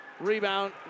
Rebound